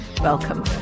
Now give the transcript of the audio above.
welcome